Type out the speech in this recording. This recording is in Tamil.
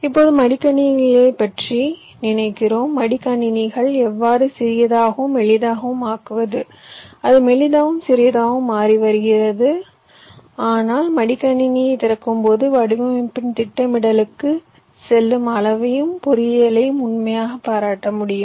இப்போது மடிக்கணினிகளைப் பற்றி நினைக்கிறோம் மடிக்கணினிகளை எவ்வாறு சிறியதாகவும் மெல்லியதாகவும் ஆக்குவது அது மெல்லியதாகவும் சிறியதாகவும் மாறி வருகிறது ஆனால் மடிக்கணினியைத் திறக்கும்போது வடிவமைப்பின் திட்டமிடலுக்குச் செல்லும் அளவையும் பொறியியலையும் உண்மையில் பாராட்ட முடியும்